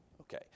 okay